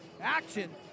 action